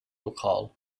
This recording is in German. lokal